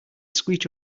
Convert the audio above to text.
screech